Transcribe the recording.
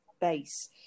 base